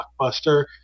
blockbuster